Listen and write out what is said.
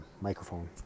microphone